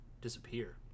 disappear